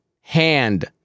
hand